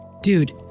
Dude